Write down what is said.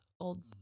old